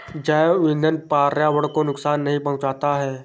जैव ईंधन पर्यावरण को नुकसान नहीं पहुंचाता है